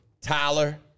Tyler